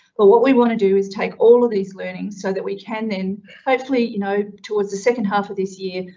but what we want to do is take all of these learnings so that we can then hopefully, you know, towards the second half of this year,